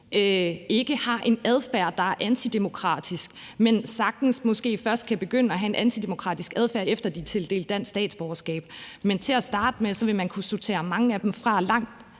ikke har en adfærd, der er antidemokratisk, men måske sagtens først kan begynde at have en antidemokratisk adfærd, efter at personen er tildelt dansk statsborgerskab. Men til at starte med vil man kunne sortere mange af dem fra,